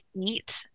eat